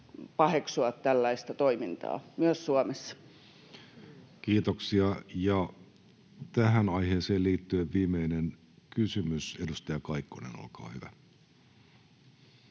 paheksua tällaista toimintaa, myös Suomessa. Kiitoksia. — Ja tähän aiheeseen liittyen viimeinen kysymys. — Edustaja Kaikkonen, olkaa hyvä.